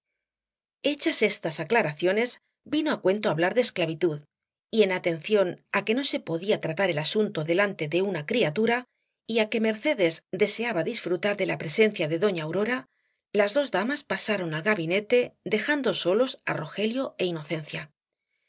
hechas estas aclaraciones vino á cuento hablar de esclavitud y en atención á que no se podía tratar el asunto delante de una criatura y á que mercedes deseaba disfrutar de la presencia de doña aurora las dos damas pasaron al gabinete dejando solos á rogelio é inocencia